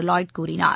Lloyd கூறினார்